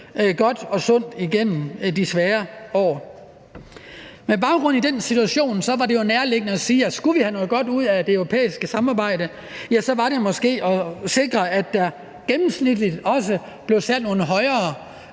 godt og sundt igennem de svære år. Med baggrund i den situation var det jo nærliggende at sige, at skulle vi have noget godt ud af det europæiske samarbejde, var det måske at sikre, at der gennemsnitligt også blev sat nogle højere